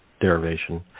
derivation